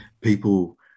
people